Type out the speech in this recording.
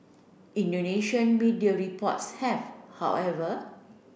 Indonesian media reports have however